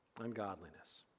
Ungodliness